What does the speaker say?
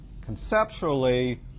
conceptually